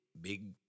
big